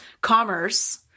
commerce